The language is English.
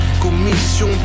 Commission